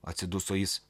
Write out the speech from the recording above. atsiduso jis